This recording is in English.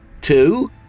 Two